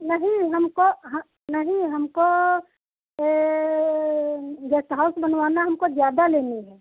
नहीं हमको नहीं हमको गेस्ट हाउस बनवाना है हमको ज़्यादा लेनी है